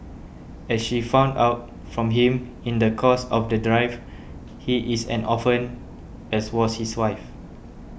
as she found out from him in the course of the drive he is an orphan as was his wife